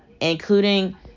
Including